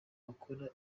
bakora